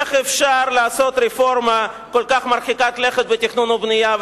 איך אפשר לעשות רפורמה כל כך מרחיקת לכת בתכנון ובנייה,